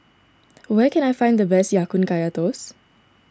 where can I find the best Ya Kun Kaya Toast